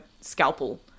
scalpel